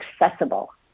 accessible